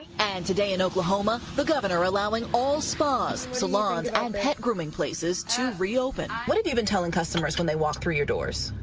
and today in oklahoma, the governor allowing all spas, salons and pet grooming places to reopen. what have you been telling customers when they walk through the doors?